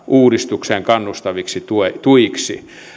uudistukseen kannustaviksi tuiksi